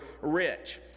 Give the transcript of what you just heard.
rich